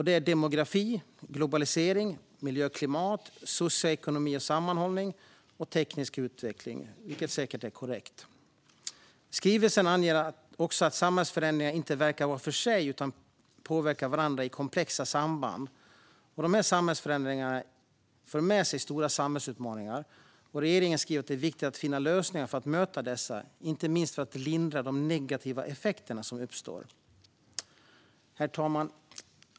Det är demografi, globalisering, miljö och klimat, socioekonomi och sammanhållning samt teknisk utveckling. Det är säkert korrekt. Skrivelsen anger också att samhällsförändringarna inte verkar var för sig utan påverkar varandra i komplexa samband. Dessa samhällsförändringar för med sig stora samhällsutmaningar, och regeringen skriver att det är viktigt att finna lösningar för att möta dessa, inte minst för att lindra de negativa effekter som uppstår. Herr talman!